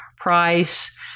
price